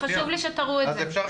חשוב לי שתראו את זה.